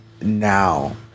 now